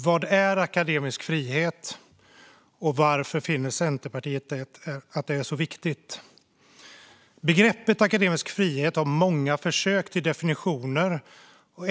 Vad är akademisk frihet, och varför finner Centerpartiet det så viktigt? Det finns många försök till definitioner av begreppet akademisk frihet.